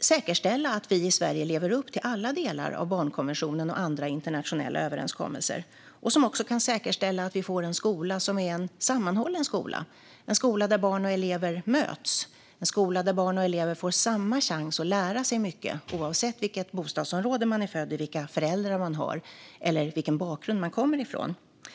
säkerställa att vi i Sverige lever upp till alla delar av barnkonventionen och andra internationella överenskommelser. Jag är också ansvarig för att vi kan säkerställa att vi får en skola som är en sammanhållen skola - en skola där barn och elever möts och där barn och elever får samma chans att lära sig mycket, oavsett vilket bostadsområde man är född i och vilka föräldrar man har eller vilken bakgrund man har.